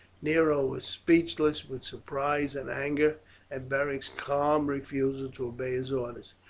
nero was speechless with surprise and anger at beric's calm refusal to obey his orders.